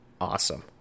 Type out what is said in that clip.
awesome